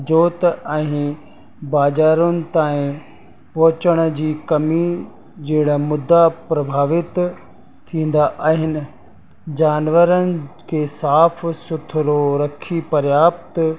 जोत ऐं बाज़ारुनि ताईं पहुचण जी कमी जहिड़ा मुद्दा प्रभावित थींदा आहिनि जानवरनि खे साफ़ु सुथरो रखी पर्याप्त